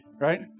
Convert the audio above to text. right